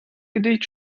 gedicht